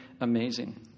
amazing